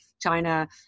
china